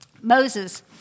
Moses